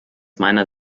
meiner